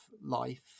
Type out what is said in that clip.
life